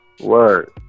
word